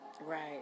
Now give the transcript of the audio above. Right